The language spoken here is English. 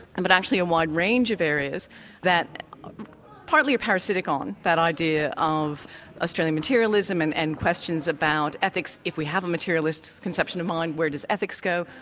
and but actually a wide range of areas that partly are parasitic on that idea of australian materialism and and questions about ethics, if we have a materialist conception of mind where those ethics go,